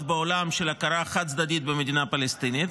בעולם של הכרה חד-צדדית במדינה פלסטינית,